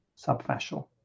Subfascial